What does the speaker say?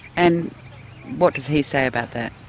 and what does he say about that?